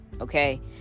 okay